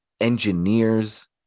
engineers